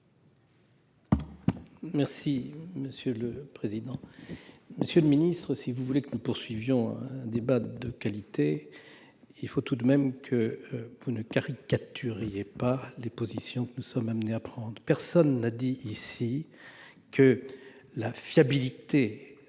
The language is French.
explication de vote. Monsieur le ministre, si vous voulez que nous poursuivions un débat de qualité, il faudrait que vous ne caricaturiez pas les positions que nous sommes amenés à prendre. Personne n'a dit ici que la fiabilité